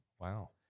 Wow